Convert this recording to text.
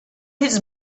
his